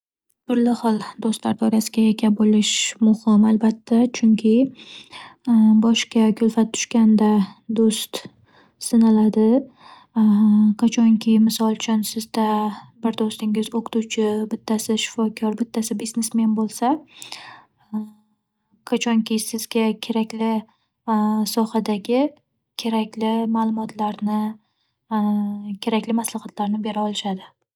Turli xil do'stlar doirasiga ega bo'lish muhim albatta, chunki boshga kulfat tushganda do'st sinaladi. Qachonki, misol uchun, sizda bir do'stingiz o'qituvchi, bittasi shifokor, bittasi biznesmen bo'lsa, qachonki sizga kerakli sohadagi kerakli ma'lumotlarni kerakli maslahatlarni bera olishadi.